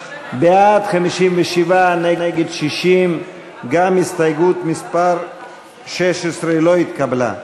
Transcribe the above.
בעד, 57, נגד, 60. גם הסתייגות מס' 16 לא התקבלה.